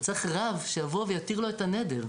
צריך רב שיבוא ויתיר לו את הנדר".